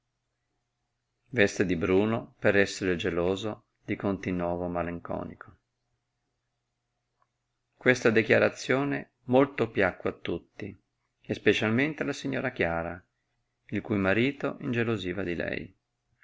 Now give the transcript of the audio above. veste di bruno per esser il geloso di continovo malenconico questa dechiarazione molto piacque a tutti e specialmente alla signora chiara il cui marito ingelosiva di lei